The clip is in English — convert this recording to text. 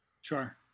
Sure